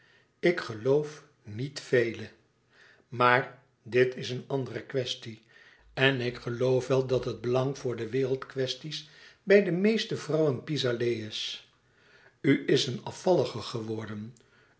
ik geloof niet vele maar dit is een andere kwestie en ik geloof wel dat het belang voor wereldkwesties bij de meeste vrouwen pis aller is u is een afvallige geworden